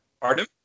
pardon